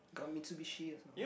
got Mitsubishi also